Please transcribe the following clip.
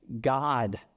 God